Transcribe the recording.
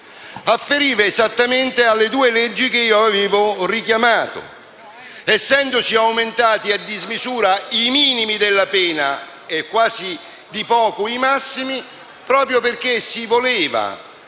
afferiva esattamente alle due leggi che avevo richiamato, essendosi aumentati a dismisura i minimi della pena e quasi di poco i massimi, proprio perché si voleva,